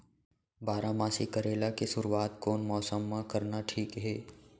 बारामासी करेला के शुरुवात कोन मौसम मा करना ठीक हे?